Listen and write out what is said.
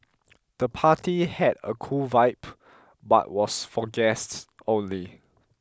the party had a cool vibe but was for guests only